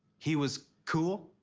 he was cool.